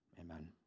amen